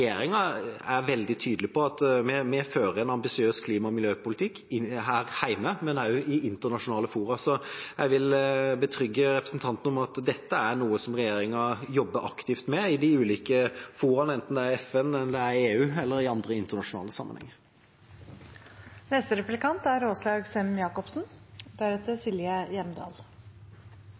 er veldig tydelig på at vi fører en ambisiøs klima- og miljøpolitikk her hjemme, men også i internasjonale fora. Jeg vil betrygge representanten om at dette er noe regjeringa jobber aktivt med i de ulike foraene, enten det er i FN, EU eller andre internasjonale sammenhenger.